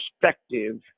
perspective